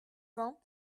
vingts